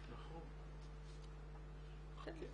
מהטעיית